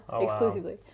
Exclusively